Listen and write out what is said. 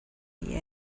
the